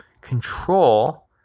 Control